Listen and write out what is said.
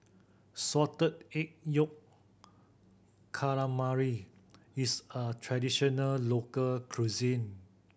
Salted Egg Yolk Calamari is a traditional local cuisine